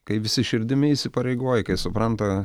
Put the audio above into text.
kai visi širdimi įsipareigoji kai supranta